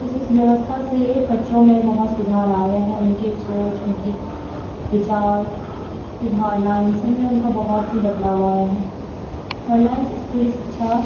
इस इस व्यवस्था से बच्चों में बहुत सुधार आया है उनके सोच उनकी विचार की धारणा इन सबमें उनका बहुत ही बदलाव आया है ऑनलाइन स्कूली शिक्षा